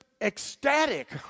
ecstatic